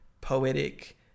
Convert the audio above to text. poetic